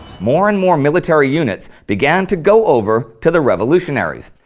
more and more military units began to go over to the revolutionaries.